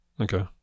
Okay